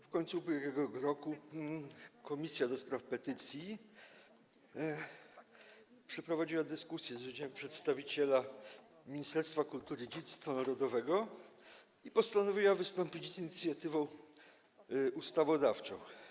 W końcu ub.r. Komisja do Spraw Petycji przeprowadziła dyskusję z udziałem przedstawiciela Ministerstwa Kultury i Dziedzictwa Narodowego i postanowiła wystąpić z inicjatywą ustawodawczą.